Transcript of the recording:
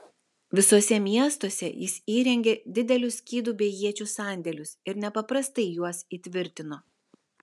visuose miestuose jis įrengė didelius skydų bei iečių sandėlius ir nepaprastai juos įtvirtino